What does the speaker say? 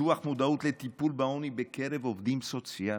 פיתוח מודעות לטיפול בעוני בקרב עובדים סוציאליים.